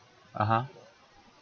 (uh huh)